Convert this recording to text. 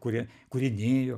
kurie kurie nėjo